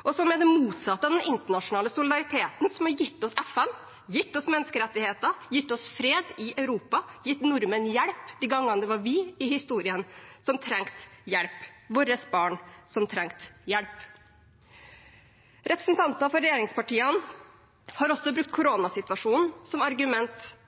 og som er det motsatte av den internasjonale solidariteten som har gitt oss FN, gitt oss menneskerettigheter, gitt oss fred i Europa og gitt nordmenn hjelp de gangene i historien det var vi som trengte hjelp – våre barn som trengte hjelp. Representanter for regjeringspartiene har også brukt koronasituasjonen som argument